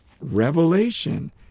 Revelation